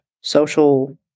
social